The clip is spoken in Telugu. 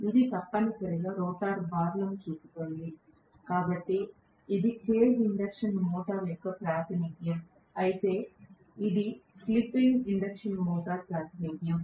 ఇది తప్పనిసరిగా రోటర్ బార్లను చూపుతోంది కాబట్టి ఇది కేజ్ ఇండక్షన్ మోటర్ యొక్క ప్రాతినిధ్యం అయితే ఇది స్లిప్ రింగ్ ఇండక్షన్ మోటార్ ప్రాతినిధ్యం